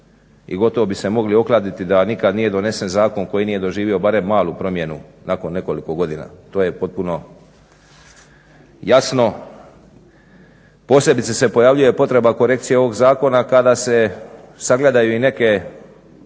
i gotovo bi se mogli okladiti da nikad nije donesen zakon koji nije doživio barem malu promjenu nakon nekoliko godina. To je potpuno jasno. Posebice se pojavljuje potreba korekcije ovog zakona kada se sagledaju i neke